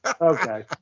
Okay